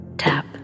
Tap